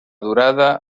durada